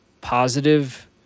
positive